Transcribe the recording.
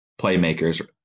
playmakers